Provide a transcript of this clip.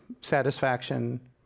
satisfaction